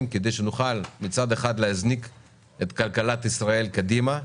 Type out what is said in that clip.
כדי שנוכל מצד אחד להזניק את כלכלת ישראל קדימה,